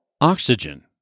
oxygen